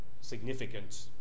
significant